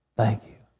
thank you,